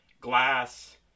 Glass